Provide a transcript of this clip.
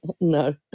no